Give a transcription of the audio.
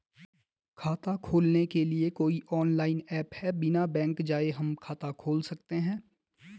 खाता खोलने के लिए कोई ऑनलाइन ऐप है बिना बैंक जाये हम खाता खोल सकते हैं?